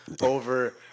over